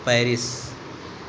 Paris